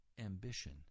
ambition